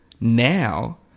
Now